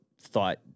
thought